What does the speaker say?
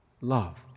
love